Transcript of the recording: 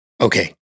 okay